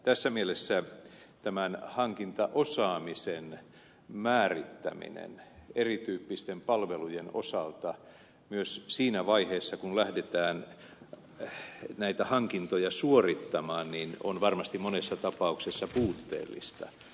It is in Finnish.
tässä mielessä tämän hankintaosaamisen määrittäminen eri tyyppisten palvelujen osalta myös siinä vaiheessa kun lähdetään näitä hankintoja suorittamaan on varmasti monissa tapauksissa puutteellista